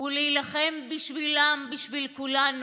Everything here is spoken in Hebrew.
ולהילחם בשבילם, בשביל כולנו.